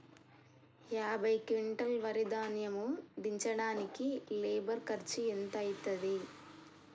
యాభై క్వింటాల్ వరి ధాన్యము దించడానికి లేబర్ ఖర్చు ఎంత అయితది?